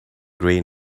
green